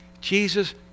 Jesus